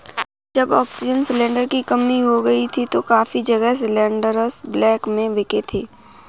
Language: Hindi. जब ऑक्सीजन सिलेंडर की कमी हो गई थी तो काफी जगह सिलेंडरस ब्लैक में बिके थे